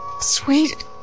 sweet